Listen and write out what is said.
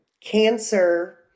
Cancer